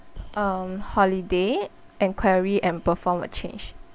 um holiday enquiry and perform a change